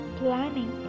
planning